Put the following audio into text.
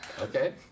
Okay